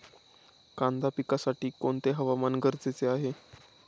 कांदा पिकासाठी कोणते हवामान गरजेचे आहे?